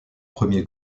premiers